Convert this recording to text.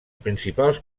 principals